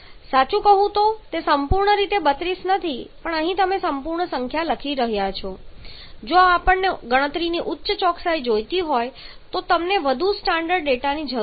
સાચું કહું તો તે સંપૂર્ણ રીતે 32 નથી પણ અહીં તમે સંપૂર્ણ સંખ્યા લખી રહ્યા છો જો આપણને ગણતરીની ઉચ્ચ ચોકસાઈ જોઈતી હોય તો અમને વધુ ચોક્કસ ડેટાની જરૂર છે